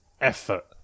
effort